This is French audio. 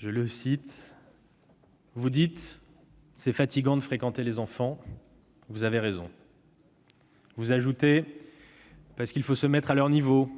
de parent :« Vous dites : c'est fatigant de fréquenter les enfants. Vous avez raison. Vous ajoutez : parce qu'il faut se mettre à leur niveau,